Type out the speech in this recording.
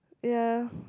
ya